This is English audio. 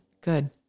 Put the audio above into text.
good